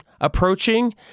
approaching